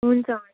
हुन्छ हुन्छ